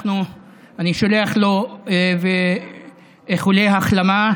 אני שולח לו איחולי החלמה.